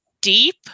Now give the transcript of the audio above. deep